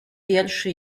wierszy